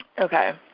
okay.